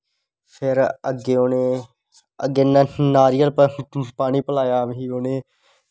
अग्गें उनें अग्गैं नारियल पानी पलाया मिगी उनें